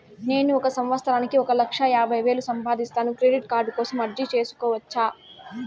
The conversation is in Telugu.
నేను ఒక సంవత్సరానికి ఒక లక్ష యాభై వేలు సంపాదిస్తాను, క్రెడిట్ కార్డు కోసం అర్జీ సేసుకోవచ్చా?